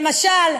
למשל,